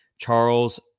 Charles